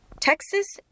Texas